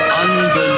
unbelievable